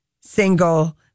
single